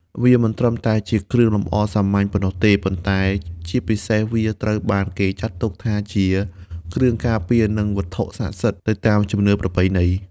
វាមិនត្រឹមតែជាគ្រឿងលម្អសាមញ្ញប៉ុណ្ណោះទេ ប៉ុន្តែជាពិសេសវាត្រូវបានគេចាត់ទុកថាជាគ្រឿងការពារ និងវត្ថុស័ក្តិសិទ្ធិទៅតាមជំនឿប្រពៃណី។